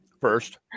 first